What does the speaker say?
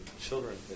children